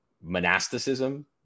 monasticism